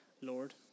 Lord